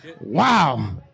Wow